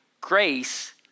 grace